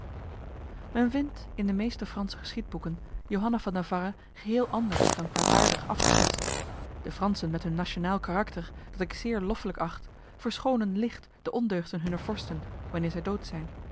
men vindt in de meeste franse geschiedboeken johanna van navarra geheel anders dan kwaadaardig afgeschetst de fransen met hun nationaal karakter dat ik zeer loffelijk acht verschonen licht de ondeugden hunner vorsten wanneer zij dood zijn